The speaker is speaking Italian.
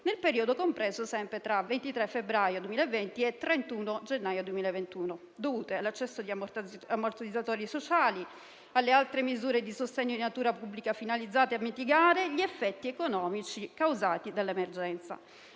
nel periodo compreso tra il 23 febbraio 2020 e il 31 gennaio 2021 dovute all'accesso agli ammortizzatori sociali, alle altre misure di sostegno di natura pubblica finalizzate a mitigare gli effetti economici causati dall'emergenza,